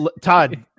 Todd